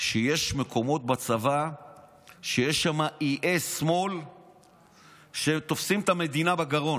שיש מקומות בצבא שיש שם איי שמאל שתופסים את המדינה בגרון.